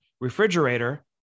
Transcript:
refrigerator